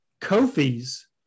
Kofi's